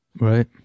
Right